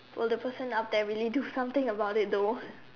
will the person up there really do something about it though